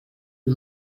les